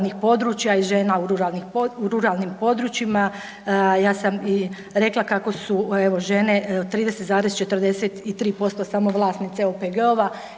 i žena u ruralnim područjima. Ja sam i rekla kako su evo žene 30,43% samo vlasnice OPG-ova